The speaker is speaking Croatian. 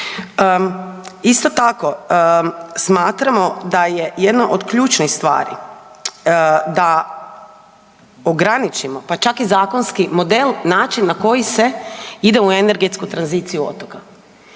Isto tako, smatramo da je jedna od ključnih stvari da ograničimo, pa čak i zakonski, model, način na koji se ide u energetsku tranziciju otoka.